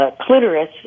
clitoris